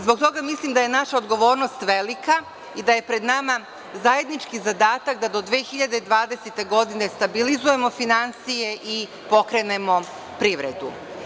Zbog toga mislim da je naša odgovornost velika i da je pred nama zajednički zadatak da do 2020. godine stabilizujemo finansije i pokrenemo privredu.